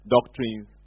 Doctrines